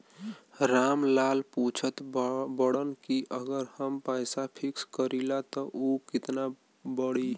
राम लाल पूछत बड़न की अगर हम पैसा फिक्स करीला त ऊ कितना बड़ी?